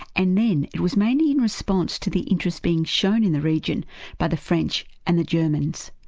and then it was mainly in response to the interest being shown in the region by the french and the germans.